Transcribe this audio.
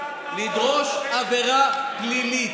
מאוד רוצים לדעת